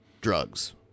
drugs